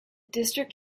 district